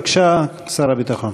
בבקשה, שר הביטחון.